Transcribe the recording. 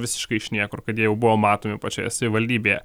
visiškai iš niekur kad jie jau buvo matomi pačioje savivaldybėje